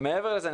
מעבר לזה,